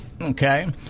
Okay